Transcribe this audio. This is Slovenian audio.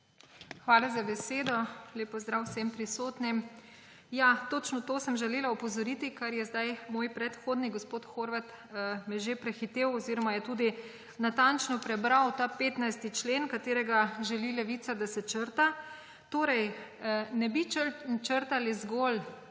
Hvala za besedo. Lep pozdrav vsem prisotnim! Točno na to sem želela opozoriti, moj predhodnik gospod Horvat me je že prehitel oziroma je tudi natančno prebral ta 15. člen, za katerega želi Levica, da se črta. Torej ne bi črtali zgolj